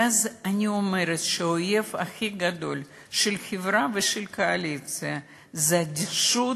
ואז אני אומרת שהאויב הכי גדול של החברה ושל הקואליציה זה אדישות